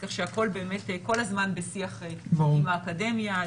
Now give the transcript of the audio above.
כך שהכול באמת כל הזמן בשיח עם האקדמיה.